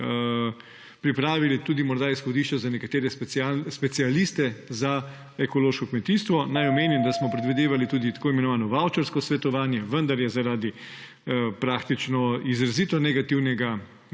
pripravili tudi morda izhodišča za nekatere specialiste za ekološko kmetijstvo. Naj omenim, da smo predvidevali tudi tako imenovano vavčersko svetovanje, vendar je zaradi praktično izrazito negativnega